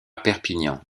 perpignan